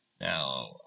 Now